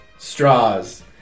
Straws